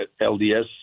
LDS